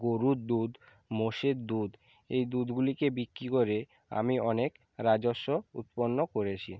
গোরুর দুধ মোষের দুধ এই দুধগুলিকে বিক্রি করে আমি অনেক রাজস্ব উৎপন্ন করেছি